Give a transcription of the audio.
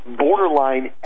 borderline